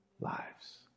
lives